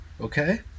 Okay